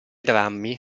drammi